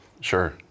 Sure